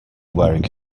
wearing